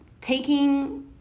taking